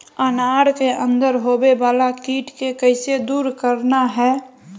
अनार के अंदर होवे वाला कीट के कैसे दूर करना है?